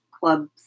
clubs